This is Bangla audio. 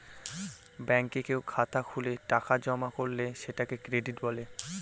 ব্যাঙ্কে কেউ খাতা খুলে টাকা জমা করলে সেটাকে ক্রেডিট বলে